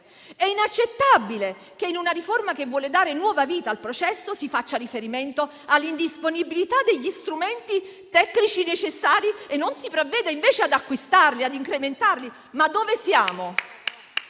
È inaccettabile che in una riforma che vuole dare nuova vita al processo si faccia riferimento all'indisponibilità degli strumenti tecnici necessari e non si provveda invece ad acquistarli e ad incrementali. Ma dove siamo?